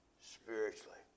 Spiritually